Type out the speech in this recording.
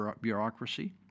bureaucracy